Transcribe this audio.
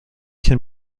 can